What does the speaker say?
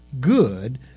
good